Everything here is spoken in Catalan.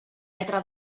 metre